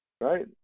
right